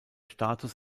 status